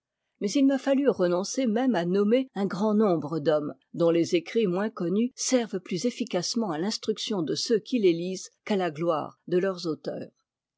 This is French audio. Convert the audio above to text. mais il m'a fallu renoncer même à nommer un grand nombre d'hommes dont les écrits moins connus servent plus efficacement à l'instruction de ceux qui les lisent qu'à la gloire de leurs auteurs